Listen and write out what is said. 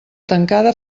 tancada